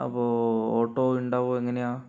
അപ്പൊൾ ഓട്ടോ ഉണ്ടാകുവോ എങ്ങനെയാ